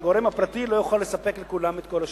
שהגורם הפרטי לא יוכל לספק לכולם את השירות.